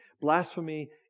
Blasphemy